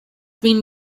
been